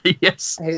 yes